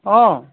অ